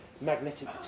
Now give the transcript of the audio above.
magnetic